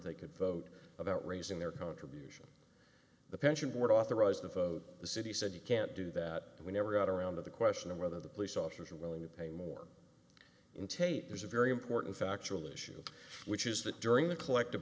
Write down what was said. they could vote about raising their contribution the pension board authorized the vote the city said you can't do that and we never got around to the question of whether the police officers are willing to pay more in tape there's a very important factual issue which is that during the collective